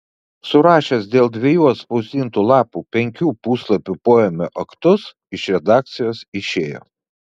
surašęs dėl dviejų atspausdintų lapų penkių puslapių poėmio aktus iš redakcijos išėjo